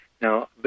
Now